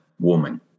warming